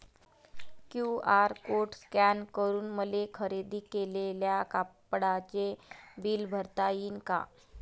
QR code scan करून मले खरेदी केलेल्या कापडाचे बिल भरता यीन का?